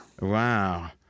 Wow